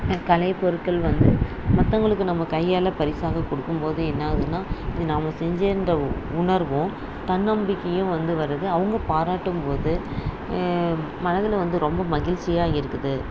கலைப்பொருட்கள் வந்து மற்றவங்களுக்கு நம்ம கையால் பரிசாக கொடுக்கும்போது என்ன ஆகுதுன்னா இது நாம செஞ்சோம்ன்ற உணர்வும் தன்னம்பிக்கையும் வந்து வருது அவங்க பாராட்டும்போது மனதில் வந்து ரொம்ப மகிழ்ச்சியாக இருக்குது